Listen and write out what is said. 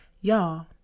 y'all